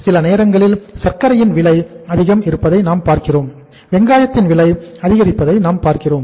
சில நேரங்களில் சர்க்கரையின் விலை அதிகம் இருப்பதை நாம் பார்க்கிறோம் வெங்காயத்தின் விலை அதிகரிப்பதை நாம் பார்க்கிறோம்